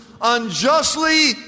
unjustly